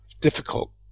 difficult